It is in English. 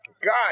God